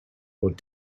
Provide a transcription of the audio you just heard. what